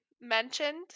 mentioned